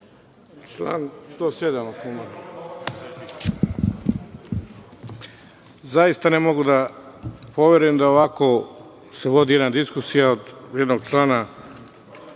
ako može. Zaista, ne mogu da poverujem da ovako se vodi jedna diskusija, jednog člana,